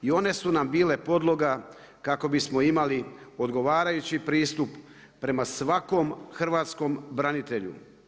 I one su nam bile podloga kako bismo imali odgovarajući pristup prema svakom hrvatskom branitelju.